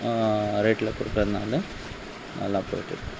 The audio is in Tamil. ரேட்டில் கொடுக்குறதுனால நல்லா போயிட்டுருக்குது